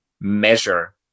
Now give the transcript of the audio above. measure